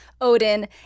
Odin